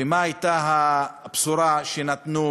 ומה הייתה הבשורה שנתנו